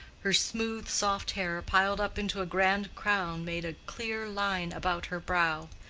her smooth soft hair piled up into a grand crown made a clear line about her brow.